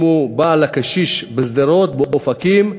אם הוא בא לקשיש בשדרות או באופקים,